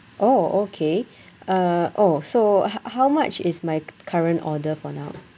oh okay uh oh so how how much is my current order for now